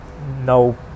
No